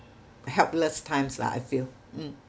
helpless times lah I feel mm